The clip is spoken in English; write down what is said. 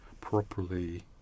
properly